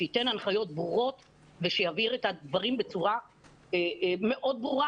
שייתן הנחיות ברורות ושיעביר את הדברים בצורה ברורה מאוד,